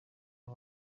aba